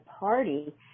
party